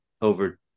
over